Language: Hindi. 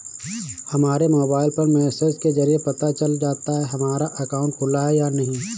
हमारे मोबाइल पर मैसेज के जरिये पता चल जाता है हमारा अकाउंट खुला है या नहीं